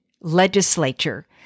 legislature